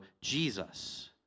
Jesus